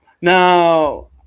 Now